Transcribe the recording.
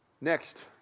Next